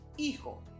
Hijo